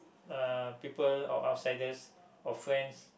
uh people or outsiders or friends